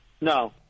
No